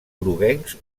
groguencs